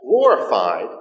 glorified